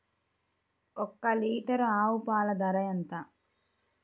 ఒక్క లీటర్ ఆవు పాల ధర ఎంత?